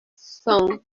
соң